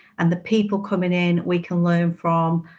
and the people coming in, we can learn from,